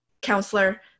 counselor